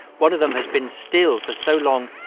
one of them has been still for so long,